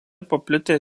paplitę